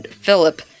Philip